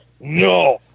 No